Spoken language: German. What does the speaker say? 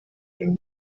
den